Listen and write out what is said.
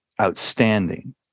outstanding